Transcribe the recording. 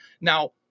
Now